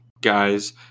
guys